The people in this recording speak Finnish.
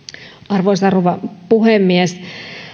arvoisa rouva puhemies